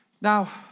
Now